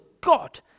God